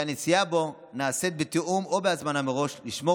שהנסיעה בו נעשית בתיאום או בהזמנה מראש לשמור